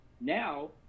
now